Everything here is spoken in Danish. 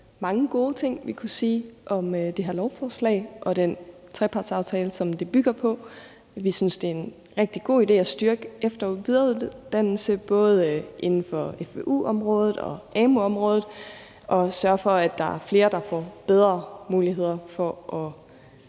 mange gode ting, vi kan sige om det her lovforslag og den trepartsaftale, som det bygger på. Vi synes, det er en rigtig god idé at styrke efter- og videreuddannelse, både inden for veu-området og amu-området, og sørge for, at der er flere, der får bedre muligheder for at